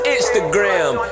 Instagram